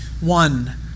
One